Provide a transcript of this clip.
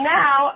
now